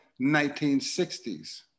1960s